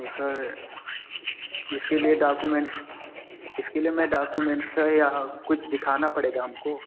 तो सर इसके लिए डॉक्यूमेंट्स इसके लिए मैं डाक्यूमेंट्स सर या कुछ दिखाना पड़ेगा हमको